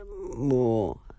more